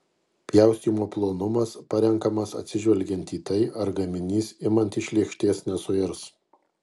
pjaustymo plonumas parenkamas atsižvelgiant į tai ar gaminys imant iš lėkštės nesuirs